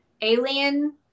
alien